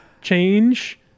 change